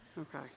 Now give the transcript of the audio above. Okay